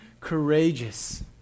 courageous